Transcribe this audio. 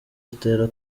zitera